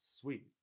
sweet